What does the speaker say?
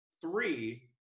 three